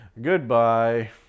Goodbye